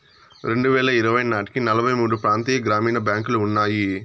రెండువేల ఇరవై నాటికి నలభై మూడు ప్రాంతీయ గ్రామీణ బ్యాంకులు ఉన్నాయి